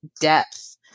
depth